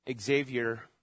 Xavier